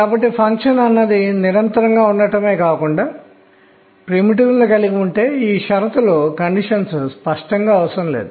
కాబట్టి ఇక్కడ చూస్తున్నది ఏమిటంటే మొదటి n 1 లో 3 స్థాయిలు ఉన్నాయి